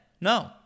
No